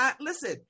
Listen